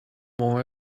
more